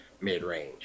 mid-range